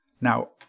Now